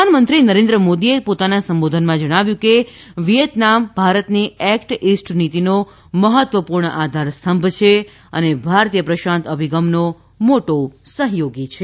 પ્રધાનમંત્રી નરેન્દ્ર મોદીએ પોતાના સંબોધનમાં જણાવ્યું કે વિયેતનામ ભારતની એક્ટ ઇસ્ટ નીતીનો મહત્વપૂર્ણ આધારસ્તંભ છે અને ભારતીય પ્રશાંત અભિગમનો મોટો સહયોગી છે